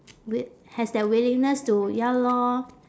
w~ has that willingness to ya lor